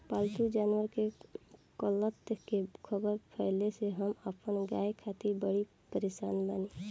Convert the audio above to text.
पाल्तु जानवर के कत्ल के ख़बर फैले से हम अपना गाय खातिर बड़ी परेशान बानी